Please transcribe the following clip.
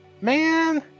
Man